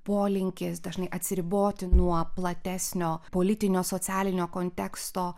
polinkis dažnai atsiriboti nuo platesnio politinio socialinio konteksto